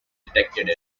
detected